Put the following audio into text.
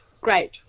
great